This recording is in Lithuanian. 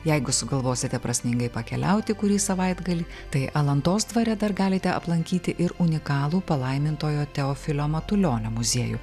jeigu sugalvosite prasmingai pakeliauti kurį savaitgalį tai alantos dvare dar galite aplankyti ir unikalų palaimintojo teofilio matulionio muziejų